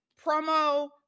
promo